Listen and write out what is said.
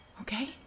okay